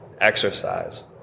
exercise